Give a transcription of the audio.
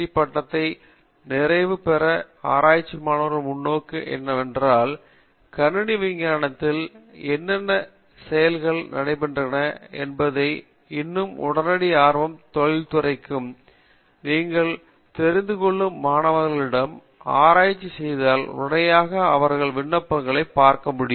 பட்டத்தை நிறைவு செய்யும் ஆராய்ச்சி மாணவர்களின் முன்னோக்கு என்னவென்றால் கணினி விஞ்ஞானத்தில் என்னென்ன செயல்கள் நடைபெறுகின்றன என்பது இன்னும் உடனடி ஆர்வம் தொழிற்துறைக்கு நீங்கள் தெரிந்துகொள்ளும் மாணவர்களிடம் ஆராய்ச்சி செய்தால் உடனடியாக அவர்கள் விண்ணப்பங்களைப் பார்க்க முடியும்